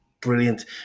brilliant